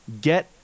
get